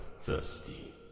thirsty